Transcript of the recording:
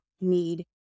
need